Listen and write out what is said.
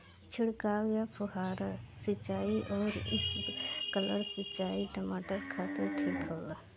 छिड़काव या फुहारा सिंचाई आउर स्प्रिंकलर सिंचाई टमाटर खातिर ठीक होला?